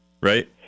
right